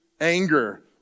anger